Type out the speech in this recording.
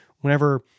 whenever